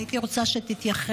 הייתי רוצה שתתייחס,